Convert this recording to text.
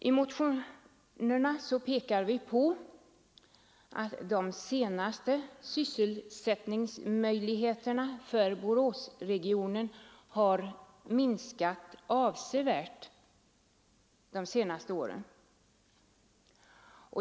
I motionerna pekar vi vidare på att sysselsättningsmöjligheterna för Boråsregionen har minskat avsevärt de senaste åren.